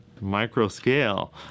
micro-scale